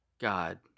God